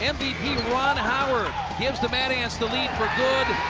and mvp ron howard gives the mad ants the lead for good.